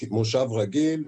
למושב רגיל,